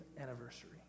anniversary